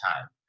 time